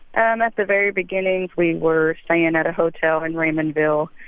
um at the very beginning, we were staying and at a hotel in raymondville.